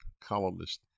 columnist